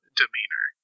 demeanor